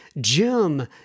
Jim